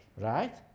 right